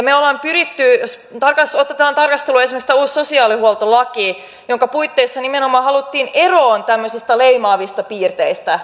otetaan tarkasteluun esimerkiksi tämä uusi sosiaalihuoltolaki jonka puitteissa nimenomaan haluttiin eroon tämmöisistä leimaavista piirteistä